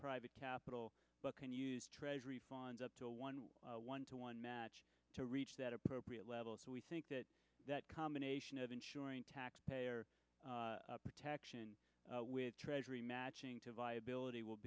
private capital but can use treasury bonds up to one one to one match to reach that appropriate level so we think that that combination of insuring taxpayer protection with treasury matching to viability will